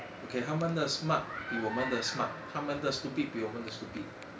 okay 他们的 smart 比我们的 smart 他们的 stupid 比我们的 stupid